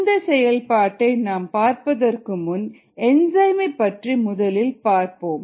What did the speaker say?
இந்த செயல்பாட்டை நாம் பார்ப்பதற்கு முன் என்சைம் ஐ பற்றி முதலில் பார்ப்போம்